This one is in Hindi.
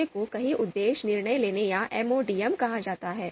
दूसरे को कई उद्देश्य निर्णय लेने या MODM कहा जाता है